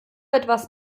etwas